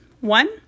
One